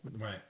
Right